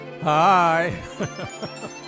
Hi